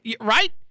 right